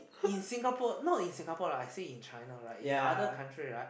in Singapore not in Singapore lah I say in China right in other country right